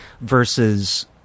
versus